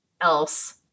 else